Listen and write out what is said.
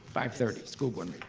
five thirty school board